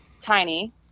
tiny